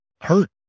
hurt